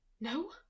No